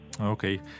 Okay